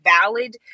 valid